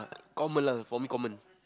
common lah for me common